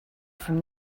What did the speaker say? from